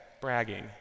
bragging